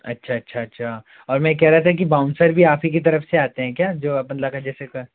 अच्छा अच्छा अच्छा और मैं ये कह रहा था कि बाउंसर भी आप ही की तरफ़ से आते हैं क्या जो अपन लगाए जैसे कि